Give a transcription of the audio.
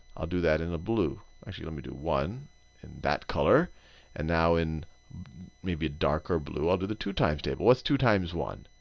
i'll do that in a blue. actually, let me do one in that color and now in maybe a darker blue i'll do the two times tables. what's two times one?